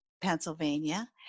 Pennsylvania